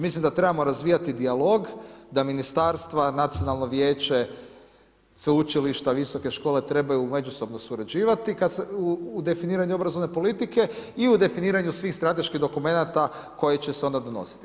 Mislim da trebamo razvijati dijalog, da ministarstva, nacionalno vijeće, sveučilišta, visoke škole trebaju međusobno surađivati u definiranju obrazovne politike i u definiranju svih strateških dokumenata koji će se onda donositi.